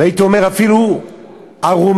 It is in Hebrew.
והייתי אומר אפילו עירומים,